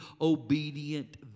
obedient